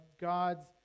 God's